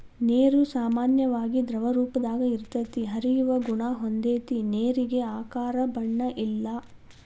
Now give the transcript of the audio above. ನೇರು ಸಾಮಾನ್ಯವಾಗಿ ದ್ರವರೂಪದಾಗ ಇರತತಿ, ಹರಿಯುವ ಗುಣಾ ಹೊಂದೆತಿ ನೇರಿಗೆ ಆಕಾರ ಬಣ್ಣ ಇಲ್ಲಾ